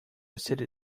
city